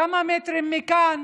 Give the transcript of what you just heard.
כמה מטרים מכאן